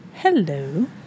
hello